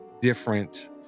different